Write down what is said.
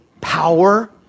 power